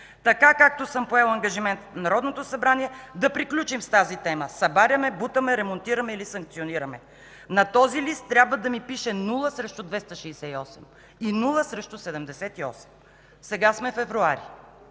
така както съм поел ангажимент в Народното събрание, да приключим с тази тема – събаряме, бутаме, ремонтираме или санкционираме. На този лист трябва да ми пише нула срещу 268 и нула срещу 78”. Сега сме февруари.